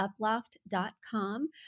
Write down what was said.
uploft.com